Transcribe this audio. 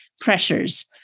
pressures